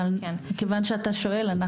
אבל כיוון שאתה שואל.